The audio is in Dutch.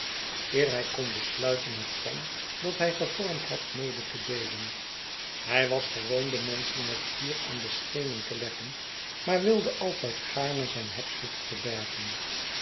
hij kon besluiten het plan dat hij gevormd had mede te deelen hij was gewoon de menschen het vuur aan de schenen te leggen maar wilde altijd gaarne zijn hebzucht verbergen